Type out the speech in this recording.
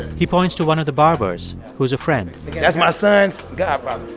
he points to one of the barbers, who's a friend that's my son's godfather.